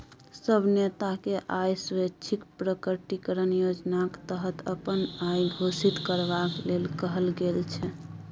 सब नेताकेँ आय स्वैच्छिक प्रकटीकरण योजनाक तहत अपन आइ घोषित करबाक लेल कहल गेल छै